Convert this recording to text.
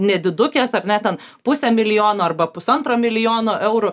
nedidukės ar ne ten pusė milijono arba pusantro milijono eurų